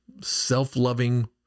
self-loving